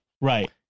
Right